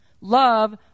Love